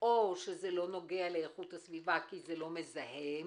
או זה לא נוגע לאיכות הסביבה כי זה לא מזהם,